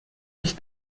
nicht